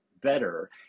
better